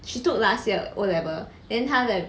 she took last year O level then 他的